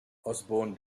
osborn